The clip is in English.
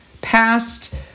past